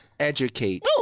educate